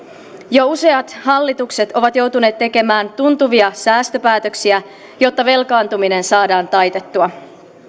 jo useat hallitukset ovat joutuneet tekemään tuntuvia säästöpäätöksiä jotta velkaantuminen saadaan taitettua